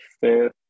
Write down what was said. fifth